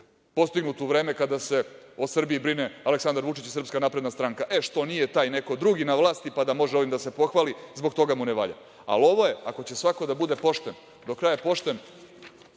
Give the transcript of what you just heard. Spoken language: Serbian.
postignut u vreme kada se o Srbiji brine Aleksandar Vučić i SNS. Što nije taj neko drugi na vlasti, pa da može ovim da se pohvali, zbog toga mu ne valja. Ali, ovo je, ako će svako da bude pošten, do kraja pošten,